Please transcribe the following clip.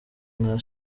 nka